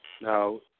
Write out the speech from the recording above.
now